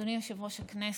אדוני יושב-ראש הכנסת,